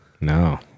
No